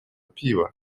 пива